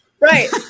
Right